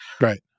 Right